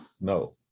no